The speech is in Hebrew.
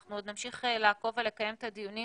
אנחנו עוד נמשיך לעקוב ולקיים את הדיונים